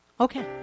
Okay